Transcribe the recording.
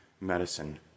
medicine